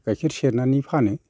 गायखेर सेरनानै फानो